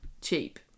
cheap